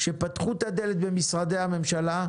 שפתחו את הדלת במשרדי הממשלה,